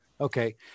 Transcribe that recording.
Okay